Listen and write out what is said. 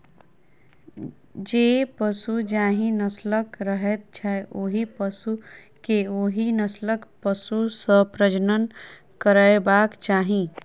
जे पशु जाहि नस्लक रहैत छै, ओहि पशु के ओहि नस्लक पशु सॅ प्रजनन करयबाक चाही